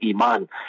Iman